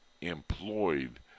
employed